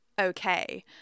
okay